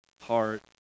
heart